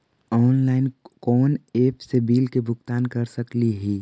Online कोन app से bill के भुगतान कर सकली ही?